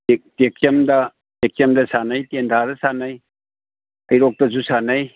ꯇꯦꯛꯆꯝꯗ ꯇꯦꯛꯆꯝꯗ ꯁꯥꯟꯅꯩ ꯇꯦꯟꯊꯥꯗ ꯁꯥꯟꯅꯩ ꯍꯩꯔꯣꯛꯇꯁꯨ ꯁꯥꯟꯅꯩ